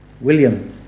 William